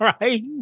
Right